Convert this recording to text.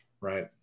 right